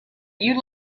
you